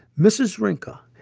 mrs. rinka,